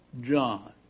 John